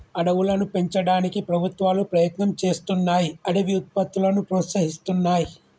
అడవులను పెంచడానికి ప్రభుత్వాలు ప్రయత్నం చేస్తున్నాయ్ అడవి ఉత్పత్తులను ప్రోత్సహిస్తున్నాయి